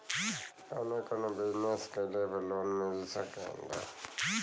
कवने कवने बिजनेस कइले पर लोन मिल सकेला?